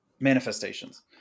manifestations